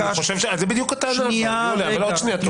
זו בדיוק הטענה, יוליה, אבל עוד שנייה.